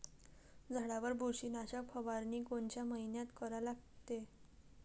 झाडावर बुरशीनाशक फवारनी कोनच्या मइन्यात करा लागते?